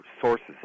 sources